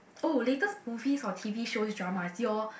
oh latest movies or t_v show drama your